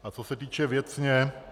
A co se týče věcně.